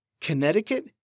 Connecticut